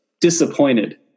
disappointed